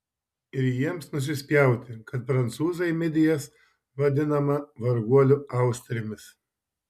ir jiems nusispjauti kad prancūzai midijas vadinama varguolių austrėmis